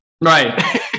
Right